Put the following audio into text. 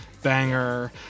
banger